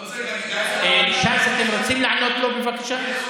לא צריך להגיד, ש"ס, אתם רוצים לענות לו, בבקשה?